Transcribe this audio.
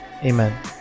Amen